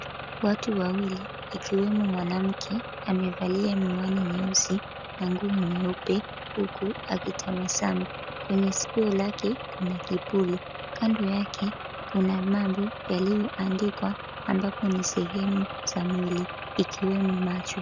Watu wawili ikiwemo mwanamke amevalia miwani nyeusi na nguo nyeupe huku akitabasamu. Kwenye sikio lake kuna kipuli kando yake kuna mambu yaliyoandikwa ambapo ni sehemu za mwili ikiwemo macho.